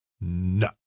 No